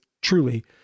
truly